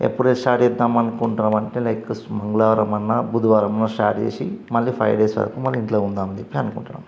ఎప్పుడు స్టార్ట్ చేద్దాం అనుకుంటున్నాం అంటే లైక్ స్ మంగళ వారమన్నా బుధవారమన్నా స్టార్ట్ చేసి మళ్ళీ ఫైవ్ డేస్ వరకు మన ఇంట్లో ఉందామని చెప్పి అనుకుంటున్నాం